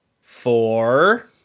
four